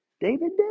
David